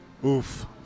oof